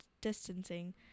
distancing